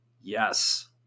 Yes